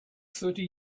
thirty